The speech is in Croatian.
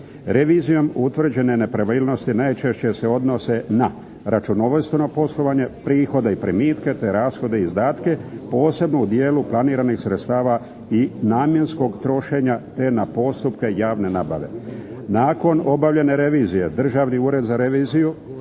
Revizijom utvrđene nepravilnosti najčešće se odnose na računovodstveno poslovanje prihoda i primitka te rashoda i izdatke posebno u dijelu planiranih sredstava i namjenskog trošenja te na postupke javne nabave. Nakon obavljene revizije, Državni ured za reviziju